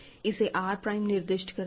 इसे R prime निर्दिष्ट करते हैं